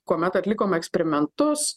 kuomet atlikom eksperimentus